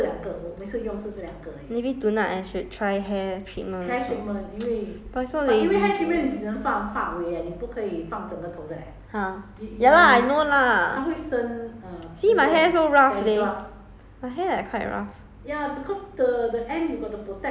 mm maybe tonight I should try hair treatment but so lazy though !huh! ya lah I know lah see my hair so rough today